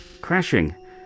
crashing